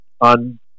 on